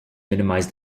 minimize